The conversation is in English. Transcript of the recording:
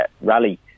rally